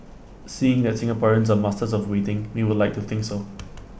seeing that Singaporeans are masters of waiting we would like to think so